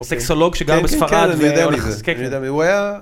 סקסולוג שגר בספרד והוא, כן אני יודע מי זה.. נחזקק. אני יודע מי הוא.. הוא היה..